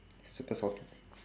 super salty